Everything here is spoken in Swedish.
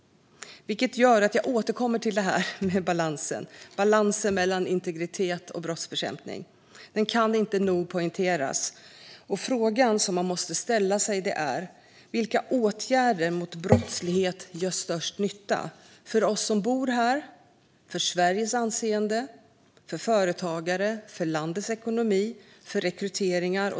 Det gör att jag återkommer till det här med balansen mellan integritet och brottsbekämpning. Den kan inte nog poängteras. Frågan som man måste ställa sig är: Vilka åtgärder mot brottslighet gör störst nytta? Det gäller för oss bor här, för Sverige anseende, för företagare, för landets ekonomi och för rekryteringar.